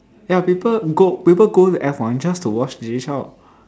ya people go people go to F one just to watch Jay Chou